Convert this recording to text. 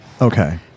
Okay